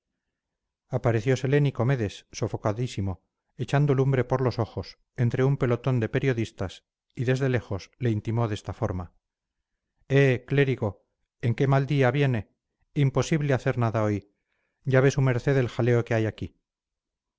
firme apareciósele nicomedes sofocadísimo echando lumbre por los ojos entre un pelotón de periodistas y desde lejos le intimó en esta forma eh clérigo en qué mal día viene imposible hacer nada hoy ya ve su merced el jaleo que hay aquí